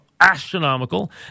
astronomical